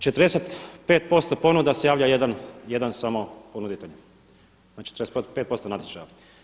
45% ponuda se javlja jedan, jedan samo ponuditelj, znači 45% natječaja.